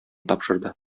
тапшырды